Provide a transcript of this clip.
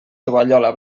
tovallola